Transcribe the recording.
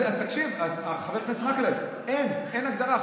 תקשיב, חבר הכנסת מקלב, אין, אין הגדרה.